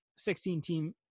16-team